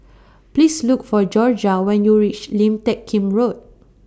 Please Look For Jorja when YOU REACH Lim Teck Kim Road